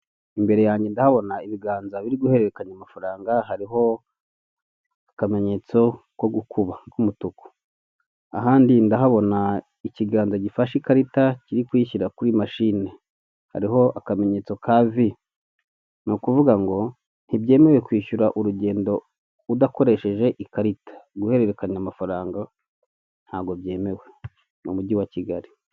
Imbere yanjye ndahabona ibiganza biri guhererekanya amafaranga hariho akamenyetso ko gukuba k'umutuku, ahandi ndahabona ikiganza gifashe ikarita kiri kuyishyira kuri mashini hariho akamenyetso ka vi. Ni ukuvuga ngo ntibyemewe kwishyura urugendo udakoresheje ikarita. Guhererekanya amafaranga ntabwo byemewe mu mujyi wa Kigali.